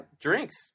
drinks